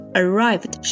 arrived